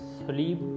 sleep